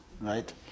right